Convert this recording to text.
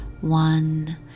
one